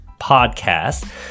podcast